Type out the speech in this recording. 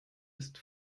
ist